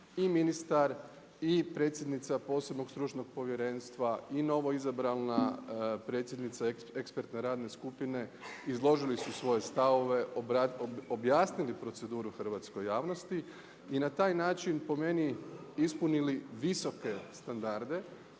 i ministar i predsjednica posebnog stručnog povjerenstva i novoizabrana predsjednica ekspertne radne skupine izložili su svoje stavove, objasnili proceduru hrvatskoj javnosti i na taj način po meni ispunili visoke standarde